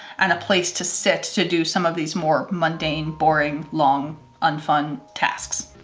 and a place to sit, to do some of these more mundane, boring long un-fun tasks.